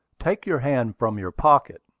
take your hand from your pocket!